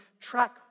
track